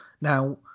Now